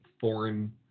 foreign